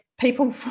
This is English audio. people